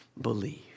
believe